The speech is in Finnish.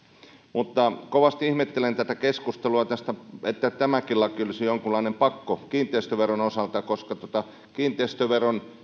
mutta kovasti ihmettelen tätä keskustelua tästä että tämäkin laki olisi jonkunlainen pakko kiinteistöveron osalta koska kiinteistöveron